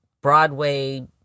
Broadway